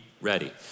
ready